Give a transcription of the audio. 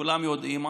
כולם יודעים,